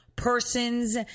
Persons